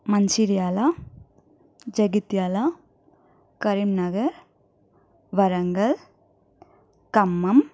Mancherial Jagtial Karimnagar Warangal Khammam